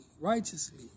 righteously